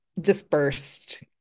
dispersed